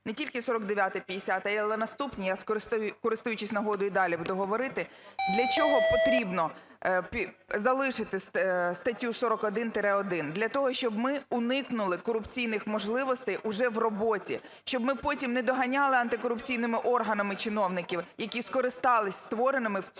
не тільки 49-ї і 50-ї, але наступні, я, користуючись нагодою, далі буду говорити. Для чого потрібно залишити статтю 41-1? Для того, щоб ми уникнули корупційних можливостей уже в роботі, щоб ми потім не доганяли антикорупційними органами чиновників, які скористались створеною в цьому